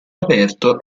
aperto